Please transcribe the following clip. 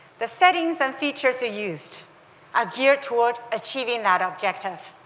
the settings and features used are geared toward achieving that objective.